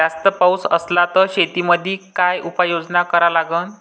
जास्त पाऊस असला त शेतीमंदी काय उपाययोजना करा लागन?